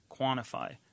quantify